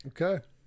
Okay